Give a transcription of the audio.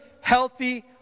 healthy